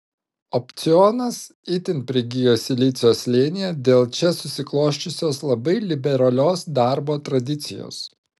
opcionas itin prigijo silicio slėnyje dėl čia susiklosčiusios labai liberalios darbo tradicijos